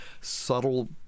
subtle